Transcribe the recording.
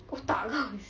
otak kau